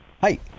Hi